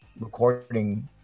recording